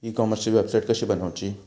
E कॉमर्सची website कशी बनवची?